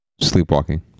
sleepwalking